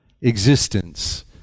existence